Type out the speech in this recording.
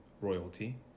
royalty